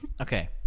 Okay